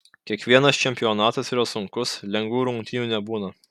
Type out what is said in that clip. kiekvienas čempionatas yra sunkus lengvų rungtynių nebūna